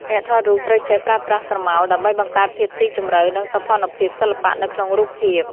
អ្នកថតរូបត្រូវចេះប្រើប្រាស់ស្រមោល ដើម្បីបង្កើតភាពស៊ីជម្រៅ និងសោភ័ណភាពសិល្បៈនៅក្នុងរូបភាព។